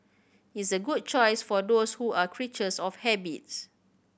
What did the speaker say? it's a good choice for those who are creatures of habits